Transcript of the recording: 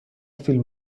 فیلم